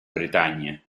bretaña